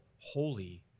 Holy